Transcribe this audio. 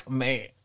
man